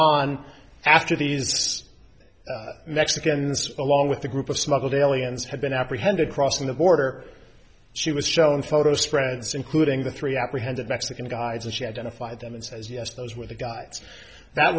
on after these mexicans along with a group of smuggled aliens had been apprehended crossing the border she was shown photo spreads including the three apprehended mexican guys and she identified them and says yes those were the guys that